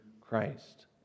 Christ